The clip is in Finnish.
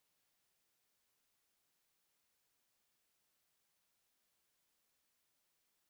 Kiitos.